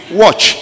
watch